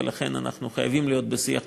ולכן אנחנו חייבים להיות בשיח מתמיד.